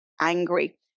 angry